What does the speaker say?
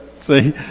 See